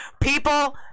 People